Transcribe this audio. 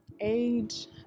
age